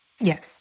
Yes